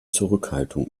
zurückhaltung